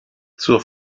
zur